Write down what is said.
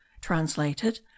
translated